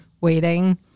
waiting